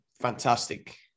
fantastic